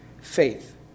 faith